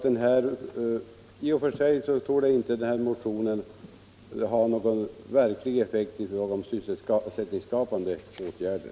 Därför torde inte den här motionen ha någon verklig effekt i fråga om sysselsättningsskapande åtgärder.